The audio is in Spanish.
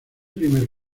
primer